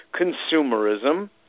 consumerism